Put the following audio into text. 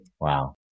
wow